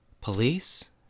police